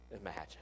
imagine